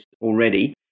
already